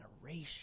generation